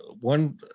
one